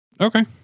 okay